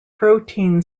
protein